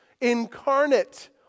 incarnate